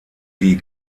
die